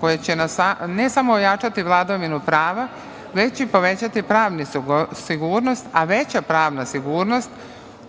koja će, ne samo ojačati vladavinu prava, već i povećati pravnu sigurnost, a veća pravna sigurnost